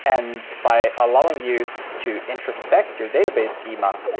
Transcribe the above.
and by allowing you to introspect your database schema,